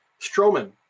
Strowman